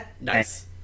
Nice